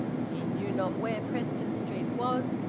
he knew not where preston street was,